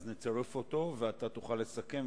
אז נצרף אותו ותוכל לסכם,